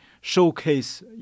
showcase